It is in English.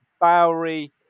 Bowery